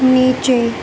نیچے